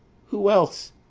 who else?